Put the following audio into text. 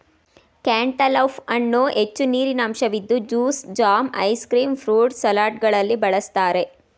cantaloupe ಹಣ್ಣು ಹೆಚ್ಚು ನೀರಿನಂಶವಿದ್ದು juice, jam, ice cream, fruit ಸಲಾಡ್ಗಳಲ್ಲಿ ಬಳ್ಸತ್ತರೆ